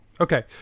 Okay